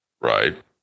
Right